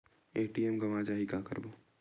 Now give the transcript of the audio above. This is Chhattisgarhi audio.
ए.टी.एम गवां जाहि का करबो?